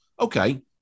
okay